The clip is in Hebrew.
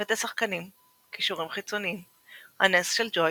צוות השחקנים קישורים חיצוניים "הנס של ג'וי",